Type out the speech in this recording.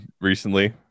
recently